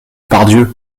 pardieu